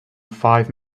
five